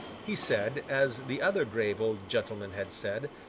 he said, as the other grave old gentlemen had said,